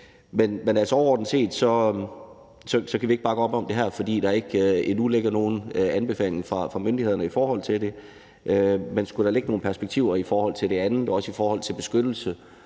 overordnet set kan vi ikke bakke op om det her, fordi der endnu ikke ligger nogen anbefaling fra myndighederne i forhold til det; men skulle der ligge nogle perspektiver i det andet og også i forhold til beskyttelse